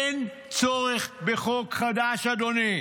אין צורך בחוק חדש, אדוני.